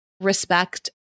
respect